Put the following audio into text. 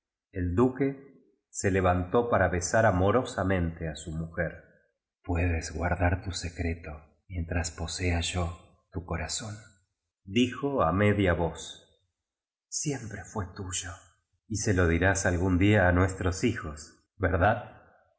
el duque se levantó para besar amorosa mente a su mujer puedes guardar tu sccndo mientras po r yo tu corazóndijo a inedia voz siempre íuc tuyo y se lo dirás algún día i nuestros hijos verdad